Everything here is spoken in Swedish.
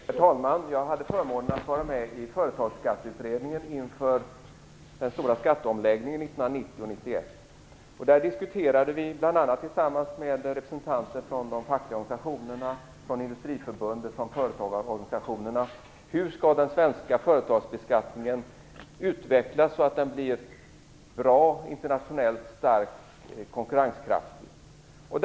Herr talman! Jag hade förmånen att vara med i Företagsskatteutredningen inför den stora skatteomläggningen 1990 och 1991. Där diskuterade vi, bl.a. tillsammans med representanter för de fackliga organisationerna, Industriförbundet och företagarorganisationerna hur den svenska företagsbeskattningen skulle utvecklas för att bli bra och internationellt konkurrenskraftig.